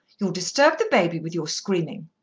you'll disturb the baby with your screaming.